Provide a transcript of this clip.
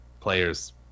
players